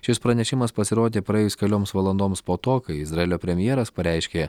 šis pranešimas pasirodė praėjus kelioms valandoms po to kai izraelio premjeras pareiškė